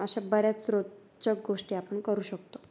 अशा बऱ्याच रोचक गोष्टी आपण करू शकतो